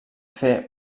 fer